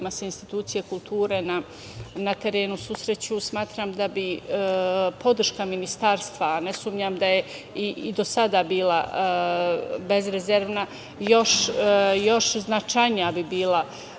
se institucije kulture na terenu susreću, smatram da bi podrška ministarstva, a ne sumnjam da je i do sada bila bezrezervna, još značajnija bi bila